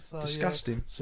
disgusting